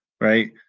Right